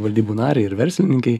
valdybų nariai ir verslininkei